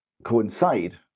Coincide